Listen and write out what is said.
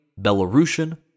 Belarusian